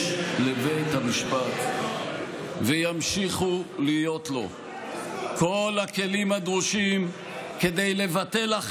יש לבית המשפט וימשיכו להיות לו כל הכלים הדרושים כדי לבטל.